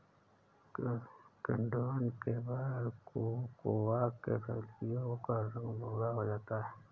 किण्वन के बाद कोकोआ के फलियों का रंग भुरा हो जाता है